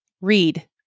read